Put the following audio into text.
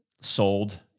sold